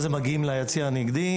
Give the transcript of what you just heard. הם מגיעים ליציע הנגדי.